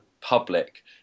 public